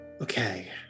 Okay